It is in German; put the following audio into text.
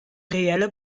reelle